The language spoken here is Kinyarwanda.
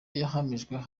yahamijwe